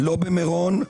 לא במירון,